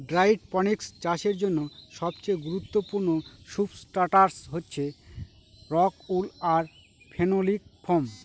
hydroponics চাষের জন্য সবচেয়ে গুরুত্বপূর্ণ সুবস্ট্রাটাস হচ্ছে রক উল আর ফেনোলিক ফোম